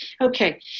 Okay